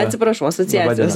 atsiprašau asociacijos